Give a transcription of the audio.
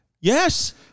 yes